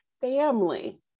family